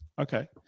Okay